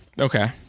Okay